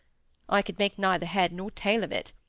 i could make neither head nor tail of it.